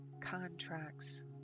Contracts